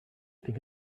think